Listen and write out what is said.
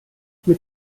mit